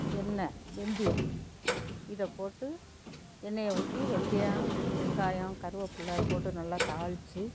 எண்ணய் வெந்தயம் இதை போட்டு எண்ணெயை ஊற்றி வெந்தயம் வெங்காயம் கருவப்பில்ல போட்டு நல்லா தாளித்து